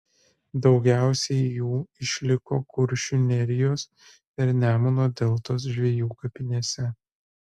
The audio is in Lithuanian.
daugiausiai jų išliko kuršių nerijos ir nemuno deltos žvejų kapinėse